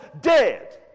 dead